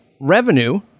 revenue